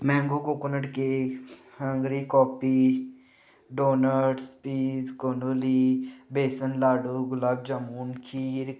mango coconut cakes हंगरी coffee donuts पीज कोंडोली बेसन लाडू गुलाबजामुन खीर